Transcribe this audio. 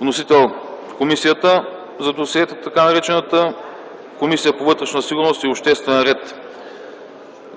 Вносител е Комисията за досиетата. Водеща е Комисията по вътрешна сигурност и обществен ред.